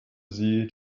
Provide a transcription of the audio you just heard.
sie